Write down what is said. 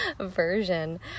version